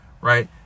right